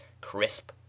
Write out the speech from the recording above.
crisp